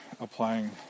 applying